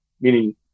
meaning